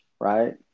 right